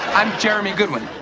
i'm jeremy goodwin.